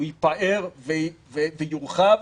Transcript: ויורחב,